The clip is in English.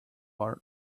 our